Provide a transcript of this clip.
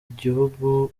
gihugu